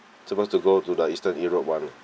supposed to go to the eastern europe [one]